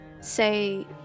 say